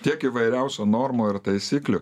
tiek įvairiausių normų ir taisyklių